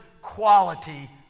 quality